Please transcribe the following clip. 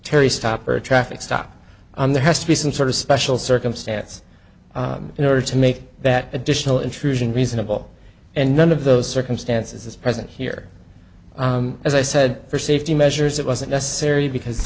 terry stop or a traffic stop on there has to be some sort of special circumstance in order to make that additional intrusion reasonable and none of those circumstances is present here as i said for safety measures that wasn't necessary because